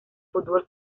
fútbol